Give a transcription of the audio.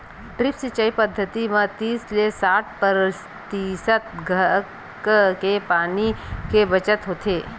drip सिंचई पद्यति म तीस ले साठ परतिसत तक के पानी के बचत होथे